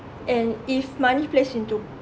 and if money place into